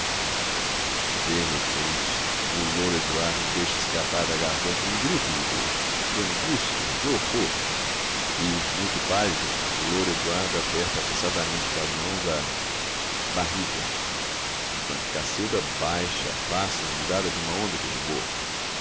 de repente o louro eduardo deixa escapar da garganta um grito de dor de angústia de horror e muito pálido o louro eduardo aperta apressadamente com as mãos a barriga enquanto cacilda baixa a face inundada de uma onda de rubor